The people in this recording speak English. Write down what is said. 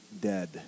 dead